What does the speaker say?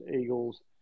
Eagles